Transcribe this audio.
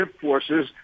forces